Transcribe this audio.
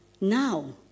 now